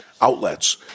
outlets